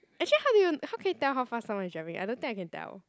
actually how do you how can you tell how fast someone is driving I don't think I can tell